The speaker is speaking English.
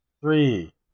Three